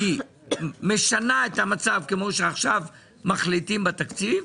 משנה את המצב כמו שעכשיו מחליטים בתקציב,